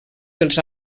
dels